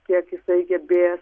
kiek jisai gebės